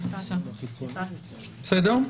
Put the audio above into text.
בסדר.